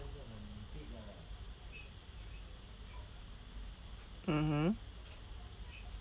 mmhmm